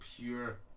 pure